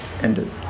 ended